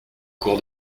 cour